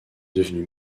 devenu